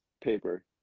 paper